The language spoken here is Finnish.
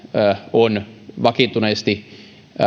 on vakiintuneesti